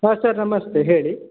ಹಾಂ ಸರ್ ನಮಸ್ತೆ ಹೇಳಿ